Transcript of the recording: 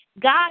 God